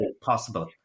possible